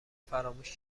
فراموش